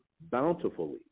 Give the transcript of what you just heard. bountifully